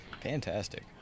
Fantastic